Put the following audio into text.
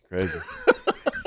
Crazy